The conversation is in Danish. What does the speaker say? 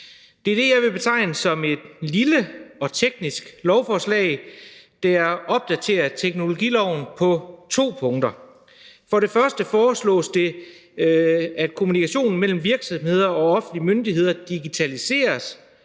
jeg vil betegne som et lille og teknisk lovforslag, der opdaterer teknologiloven på to punkter: For det første foreslås det, at kommunikationen mellem virksomheder og offentlige myndigheder digitaliseres